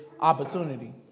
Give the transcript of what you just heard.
opportunity